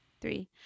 three